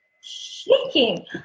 shaking